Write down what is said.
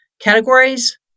categories